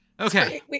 Okay